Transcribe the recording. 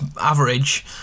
average